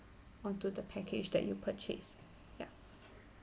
onto the package that you purchased yup